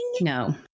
No